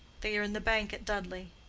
they are in the bank at dudley.